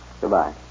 Goodbye